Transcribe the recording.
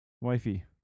Wifey